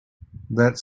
that